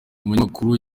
umunyamakuru